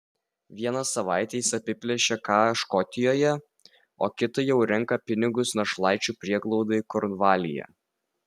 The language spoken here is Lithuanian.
vieną savaitę jis apiplėšia ką škotijoje o kitą jau renka pinigus našlaičių prieglaudai kornvalyje